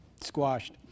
squashed